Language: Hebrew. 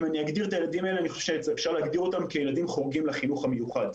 אפשר להגדיר את הילדים האלה כילדים חורגים לחינוך המיוחד.